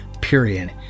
period